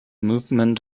movement